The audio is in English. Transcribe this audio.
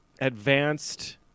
advanced